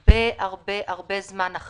רב מאוד את